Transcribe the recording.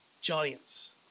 Giants